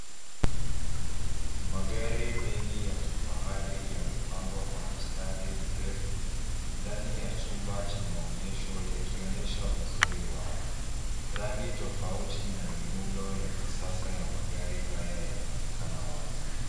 Magari mengi ya kifahari yamepangwa kwa mstari mrefu ndani ya chumba cha maonyesho yakionyesha uzuri wao. Rangi tofauti na mitindo ya kisasa ya magari haya yanaonekana wazi.